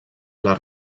les